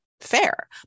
fair